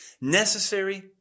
Necessary